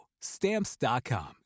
Stamps.com